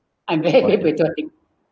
I'm very very patriotic